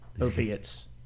opiates